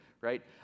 right